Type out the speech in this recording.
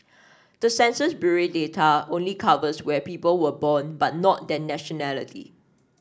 the Census Bureau data only covers where people were born but not their nationality